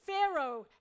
Pharaoh